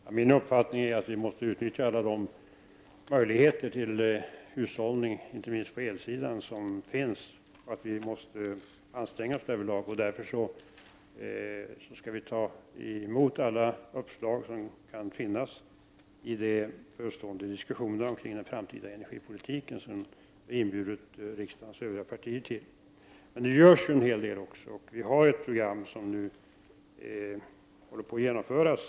Fru talman! Min uppfattning är att vi måste utnyttja alla de möjligheter till hushållning, inte minst på elsidan, som finns och att vi därvidlag måste anstränga oss. Därför skall vi ta vara på alla uppslag som kan ges i de förestå ende diskussionerna om den framtida energipolitiken, till vilka vi inbjudit riksdagens övriga partier. Det görs ju också en hel del, och vi har ett program som håller på att genomföras.